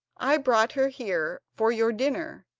i brought her here for your dinner,